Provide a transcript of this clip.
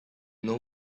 know